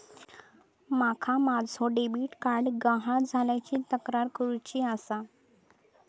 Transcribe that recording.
माका माझो debit card गहाळ झाल्याची तक्रार करुची आसा